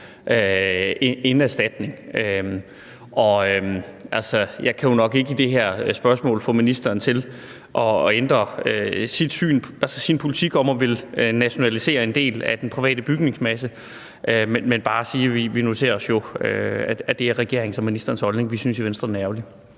end erstatning. Altså, jeg kan jo nok ikke med det her spørgsmål få ministeren til at ændre sin politik om at ville nationalisere en del af den private bygningsmasse, men jeg vil bare sige, at vi jo noterer os, at det er regeringens og ministerens holdning. Vi synes i Venstre, at den er ærgerlig.